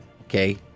Okay